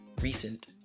recent